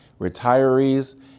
retirees